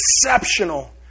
exceptional